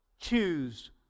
Choose